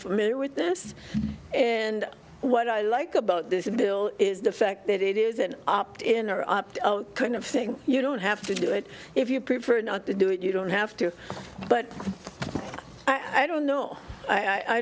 familiar with this and what i like about this bill is the fact that it is an opt in or opt out kind of thing you don't have to do it if you prefer not to do it you don't have to but i don't know i